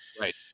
right